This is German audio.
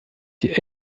die